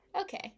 Okay